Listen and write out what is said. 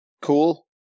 Cool